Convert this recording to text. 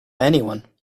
anyone